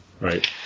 right